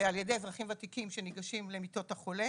על ידי אזרחים ותיקים שניגשים למיטות החולה.